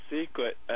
secret